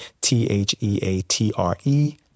T-H-E-A-T-R-E